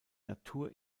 natur